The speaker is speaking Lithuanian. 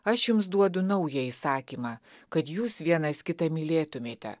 aš jums duodu naują įsakymą kad jūs vienas kitą mylėtumėte